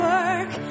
work